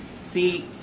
see